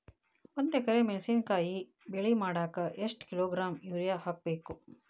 ಒಂದ್ ಎಕರೆ ಮೆಣಸಿನಕಾಯಿ ಬೆಳಿ ಮಾಡಾಕ ಎಷ್ಟ ಕಿಲೋಗ್ರಾಂ ಯೂರಿಯಾ ಹಾಕ್ಬೇಕು?